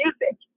music